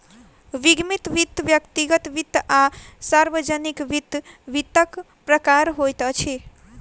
निगमित वित्त, व्यक्तिगत वित्त आ सार्वजानिक वित्त, वित्तक प्रकार होइत अछि